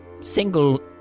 single